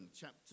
chapter